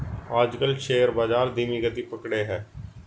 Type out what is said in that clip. आजकल शेयर बाजार धीमी गति पकड़े हैं